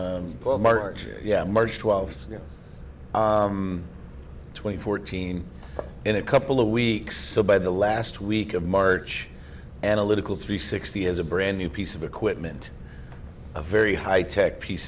yeah march twelfth twenty fourteen in a couple of weeks so by the last week of march analytical three sixty has a brand new piece of equipment a very high tech piece